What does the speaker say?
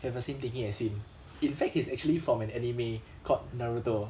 have a scene taking a scene in fact it's actually from an anime called naruto